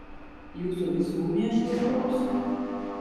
jūsų visų mėšlą kuopsiu